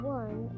one